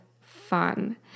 fun